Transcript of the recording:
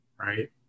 Right